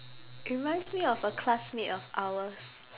reminds me of a classmate of ours